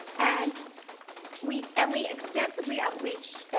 and we and we extensively outreached.